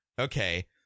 Okay